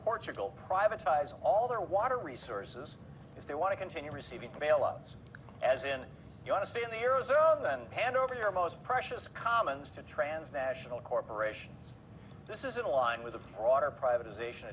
portugal privatized all their water resources if they want to continue receiving bailouts as in you want to stay there as our then hand over your most precious commons to trans national corporations this is in line with the broader privatization